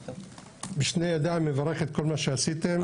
אני בשתי ידיים מברך את כל מה שעשיתם.